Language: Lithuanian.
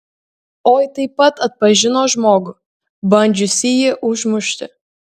oi taip pat atpažino žmogų bandžiusįjį užmušti